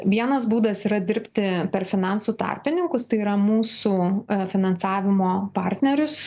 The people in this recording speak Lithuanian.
vienas būdas yra dirbti per finansų tarpininkus tai yra mūsų finansavimo partnerius